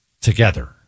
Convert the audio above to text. together